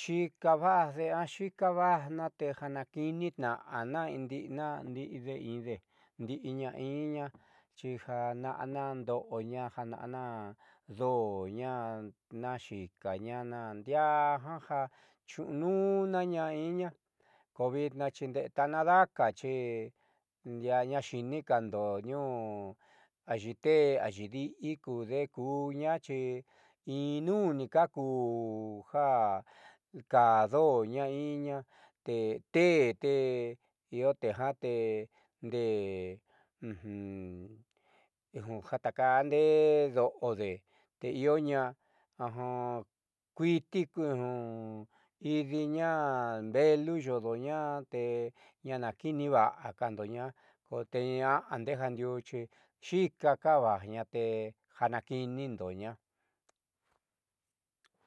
xi'ika vaadee a xi'ika vaajna te ja natniitna'ana ndi'ina ndi'ide inde ndi'iñai'ina xi ja na'ana ndo'oñaa jana'ana do'oña naaxi'ikaña naan ndiaa ja ja xuunu'unaaña iiña ko vitnaa nde'e tanadaka xi ndiaa ayiinkaando tniuu ayi te'e ayii adi'i kude kuuña xi innu'un nika ku ja kaa doáña iña tee teé iiote jute ndee ja taakaandeé do'ode iiña kuiiti idiiña mbeelu yoodoa te ñaakiiniiva'andoña te ñaa ndejandiiu xi xiikakavajña te jo naaki'ini'indoña.